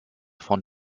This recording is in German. von